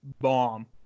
bomb